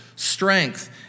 Strength